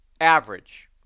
average